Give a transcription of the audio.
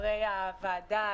חברי הוועדה,